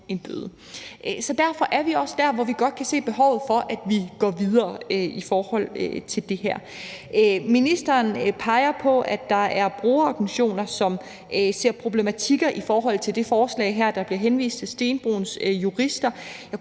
en bøde. Så derfor er vi også der, hvor vi godt kan se behovet for, at vi går videre i forhold til det her. Ministeren peger på, at der er brugerorganisationer, som ser problematikker i forhold til det her forslag; der bliver henvist til Stenbroens Jurister. Jeg